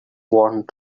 wand